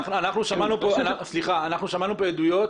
אנחנו שמענו כאן עדויות